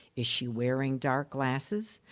is she wearing dark glasses?